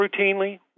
routinely